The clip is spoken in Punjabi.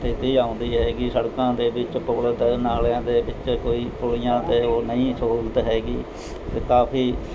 ਸਥਿਤੀ ਆਉਂਦੀ ਹੈਗੀ ਸੜਕਾਂ ਦੇ ਵਿੱਚ ਪੁਲ ਅਤੇ ਨਾਲਿਆਂ ਦੇ ਵਿੱਚ ਕੋਈ ਪੁਲੀਆਂ ਅਤੇ ਉਹ ਨਹੀਂ ਸਹੂਲਤ ਹੈਗੀ ਅਤੇ ਕਾਫੀ